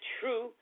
true